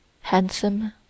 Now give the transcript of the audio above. handsome